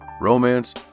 romance